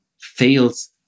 fails